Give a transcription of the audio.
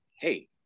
hey